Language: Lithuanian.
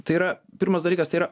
tai yra pirmas dalykas tai yra